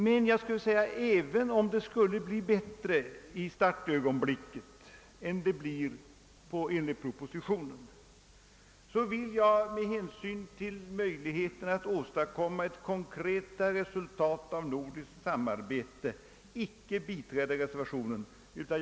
Men även om det skulle bli bättre i startögonblicket enligt reservanternas förslag än det blir enligt propositionens, vill jag med hänsyn till möjligheterna att åstadkomma konkreta resultat av nordiskt samarbete icke biträda reservationen.